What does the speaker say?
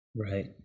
Right